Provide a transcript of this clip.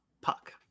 Puck